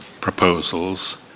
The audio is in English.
proposals